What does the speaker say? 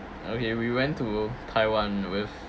okay we went to taiwan with